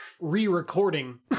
re-recording